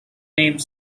name